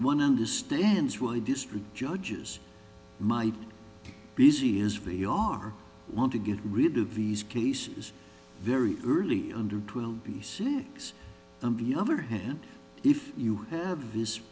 one understands why district judges might busy is beyond want to get rid of these cases very early under twelve be cynics on the other hand if you have this